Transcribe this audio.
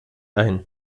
ein